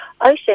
Ocean